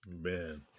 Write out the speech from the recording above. Man